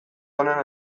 genuen